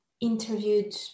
interviewed